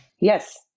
Yes